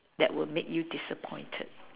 that would make you disappointed